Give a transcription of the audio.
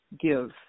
give